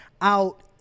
out